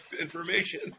information